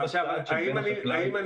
האם אתם